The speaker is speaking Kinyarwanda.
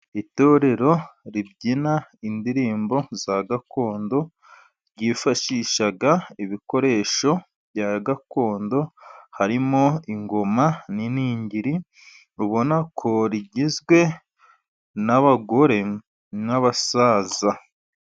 Itorero ribyina indirimbo za gakondo, ryifashisha ibikoresho bya gakondo. Harimo ingoma n'iningiri. Ubona ko rigizwe n'abagore n'abasaza.